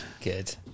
Good